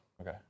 Okay